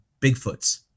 Bigfoots